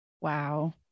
Wow